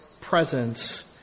presence